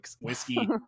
whiskey